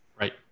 Right